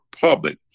public